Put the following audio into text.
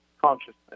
consciousness